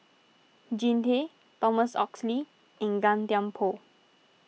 Jean Tay Thomas Oxley and Gan Thiam Poh